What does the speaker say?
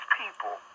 people